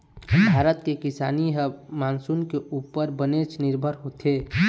भारत के किसानी ह मानसून के उप्पर बनेच निरभर होथे